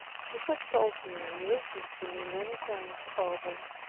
he has told me and written to me many times over,